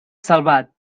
salvat